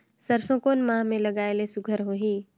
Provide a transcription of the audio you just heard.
सरसो कोन माह मे लगाय ले सुघ्घर होही?